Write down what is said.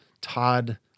Todd